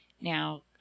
Now